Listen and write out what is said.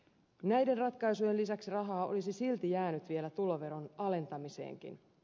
näiden ratkaisujen lisäksi rahaa olisi silti jäänyt vielä tuloveron alentamiseenkin